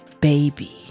baby